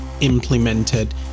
implemented